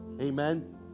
Amen